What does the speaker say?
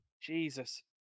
Jesus